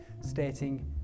stating